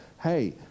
Hey